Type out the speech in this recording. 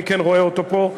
אני כן רואה אותו פה,